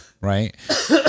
Right